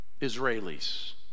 Israelis